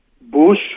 Bush